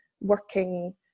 working